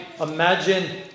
imagine